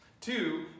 Two